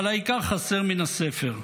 אבל העיקר חסר מן הספר.